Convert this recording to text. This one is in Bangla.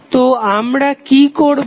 তো আমরা কি করবো